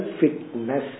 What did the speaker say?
fitness